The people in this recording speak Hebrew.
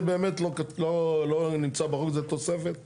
זה באמת לא נמצא בתוספת שמעמיסים,